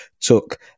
took